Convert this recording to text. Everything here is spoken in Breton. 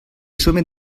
chomet